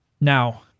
Now